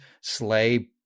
slay